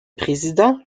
présidents